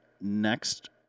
next